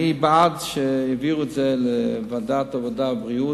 אני בעד שיעבירו את זה לוועדת העבודה והבריאות,